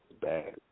bad